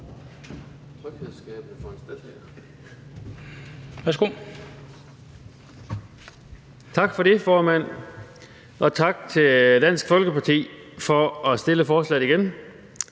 Tak for det, formand. Og tak til Dansk Folkeparti for at fremsætte forslaget igen.